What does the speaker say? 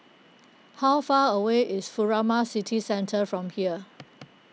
how far away is Furama City Centre from here